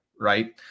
right